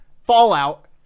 Fallout